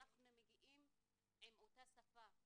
אנחנו מגיעים עם אותה שפה,